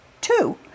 Two